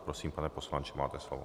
Prosím, pane poslanče, máte slovo.